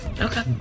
Okay